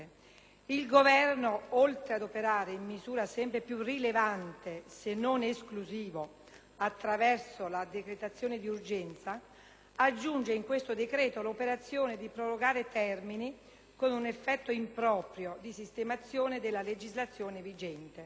Il Governo, oltre ad operare in misura sempre più rilevante, se non esclusiva, attraverso la decretazione di urgenza, aggiunge in questo decreto l'operazione di prorogare termini, con un effetto improprio di sistemazione della legislazione vigente.